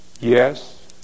Yes